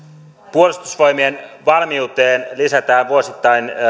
puolustusvoimien valmiuteen lisätään vuosittain